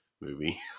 movie